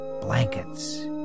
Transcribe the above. blankets